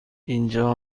اینجا